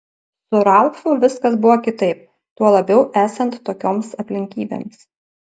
su ralfu viskas buvo kitaip tuo labiau esant tokioms aplinkybėms